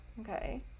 Okay